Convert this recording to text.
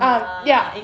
ah ya